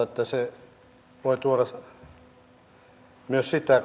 että se voi tuoda myös sitä